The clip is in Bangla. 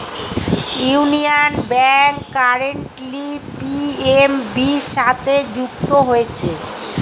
ইউনিয়ন ব্যাংক কারেন্টলি পি.এন.বি সাথে যুক্ত হয়েছে